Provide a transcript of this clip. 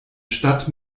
stadt